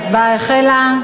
ההצבעה החלה.